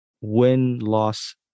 win-loss